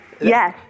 Yes